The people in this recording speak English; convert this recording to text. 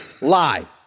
lie